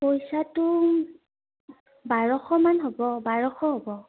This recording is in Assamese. পইচাটো বাৰশমান হ'ব বাৰশ হ'ব